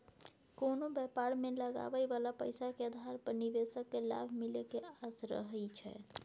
कोनो व्यापार मे लगाबइ बला पैसा के आधार पर निवेशक केँ लाभ मिले के आस रहइ छै